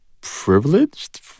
privileged